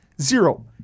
Zero